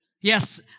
Yes